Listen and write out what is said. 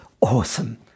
Awesome